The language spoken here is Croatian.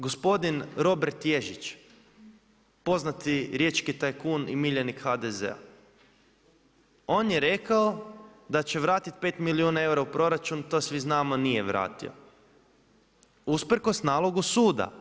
Gospodin Robert Ježić, poznati riječki tajkun i miljenik HDZ-a, on je rekao da će vratiti pet milijuna u proračun, to svi znamo nije vratio, usprkos nalogu suda.